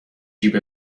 جیب